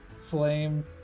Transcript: flame